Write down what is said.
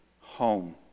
home